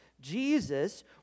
Jesus